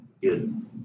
good